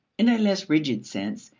in a less rigid sense,